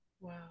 Wow